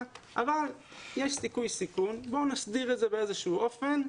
אבל יש סיכוי/סיכון ובואו נסדיר את זה באיזשהו אופן.